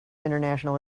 international